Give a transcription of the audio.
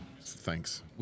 Thanks